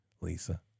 Lisa